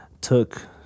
Took